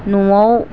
न'आव